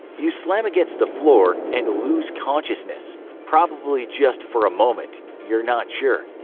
you slam against the floor and lose consciousness-probably just for a moment, you're not sure.